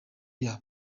yabo